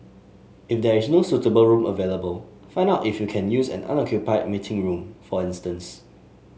if there is no suitable room available find out if you can use an unoccupied meeting room for instance